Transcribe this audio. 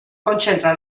concentra